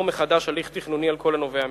מחדש הליך תכנוני על כל הנובע מכך.